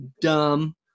dumb